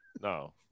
No